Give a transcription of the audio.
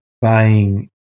buying